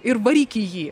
ir varyk į jį